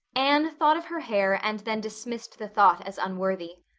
anne thought of her hair and then dismissed the thought as unworthy.